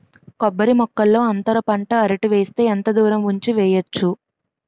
కొబ్బరి మొక్కల్లో అంతర పంట అరటి వేస్తే ఎంత దూరం ఉంచి వెయ్యొచ్చు?